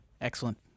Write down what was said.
Excellent